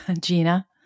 Gina